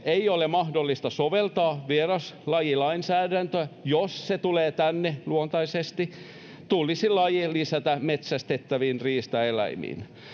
ei ole mahdollista soveltaa vieraslajilainsäädäntöä jos se tulee tänne luontaisesti niin laji tulisi lisätä metsästettäviin riistaeläimiin